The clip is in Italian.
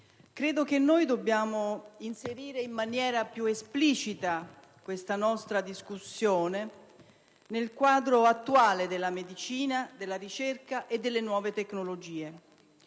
credo che dobbiamo inserire in maniera più esplicita questa nostra discussione nel quadro attuale della medicina, della ricerca e delle nuove tecnologie.